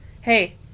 hey